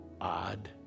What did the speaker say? odd